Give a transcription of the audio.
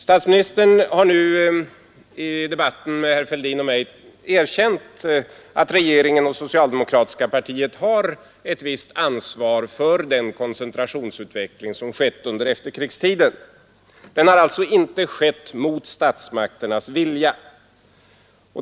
Statsministern har nu i debatten med herr Fälldin och mig erkänt att regeringen och det socialdemokratiska partiet har ett visst ansvar för den koncentrationsutveckling som skett under efterkrigstiden. Den har alltså inte skett mot statsmakternas vilja.